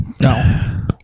No